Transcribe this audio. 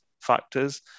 factors